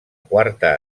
quarta